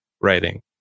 writing